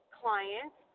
clients